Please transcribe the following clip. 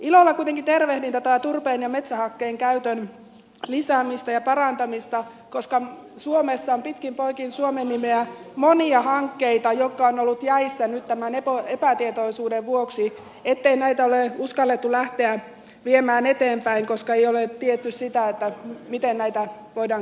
ilolla kuitenkin tervehdin tätä turpeen ja metsähakkeen käytön lisäämistä ja parantamista koska suomessa on pitkin poikin suomenniemeä monia hankkeita jotka ovat olleet jäissä nyt tämän epätietoisuuden vuoksi ettei näitä ole uskallettu lähteä viemään eteenpäin koska ei ole tiedetty sitä miten näitä voidaan käyttää jatkossa